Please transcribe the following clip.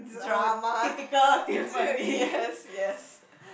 drama yes yes